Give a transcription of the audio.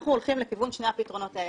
אנחנו הולכים לכיוון שני הפתרונות האלה.